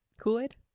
Kool-Aid